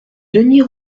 denys